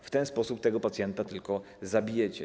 W ten sposób tego pacjenta tylko zabijecie.